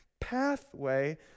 pathway